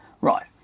right